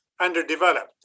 underdeveloped